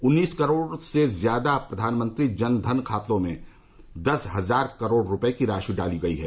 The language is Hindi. उन्नीस करोड़ से ज्यादा प्रधानमंत्री जन धन खातों में दस हजार करोड़ रुपये की राशि डाली गई है